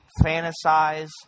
fantasize